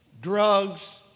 Drugs